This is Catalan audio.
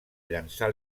llançar